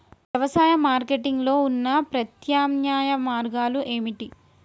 వ్యవసాయ మార్కెటింగ్ లో ఉన్న ప్రత్యామ్నాయ మార్గాలు ఏమిటి?